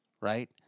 right